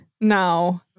No